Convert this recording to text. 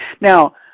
Now